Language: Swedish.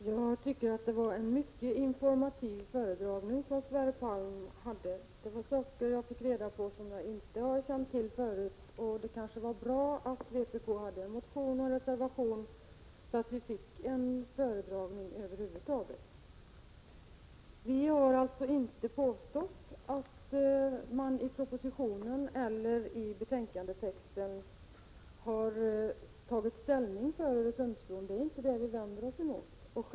Herr talman! Det var en mycket informativ föredragning som Sverre Palm gjorde. Jag fick reda på saker som jag inte kände till förut, och det kanske var bra att vpk hade väckt en motion och skrivit en reservation så att vi fick en föredragning över huvud taget. Vi har inte påstått att man i propositionen eller i betänkandetexten har tagit ställning för Öresundsbron — det är inte det vi vänder oss mot.